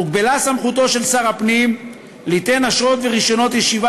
הוגבלה סמכותו של שר הפנים ליתן אשרות ורישיונות ישיבה